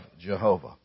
Jehovah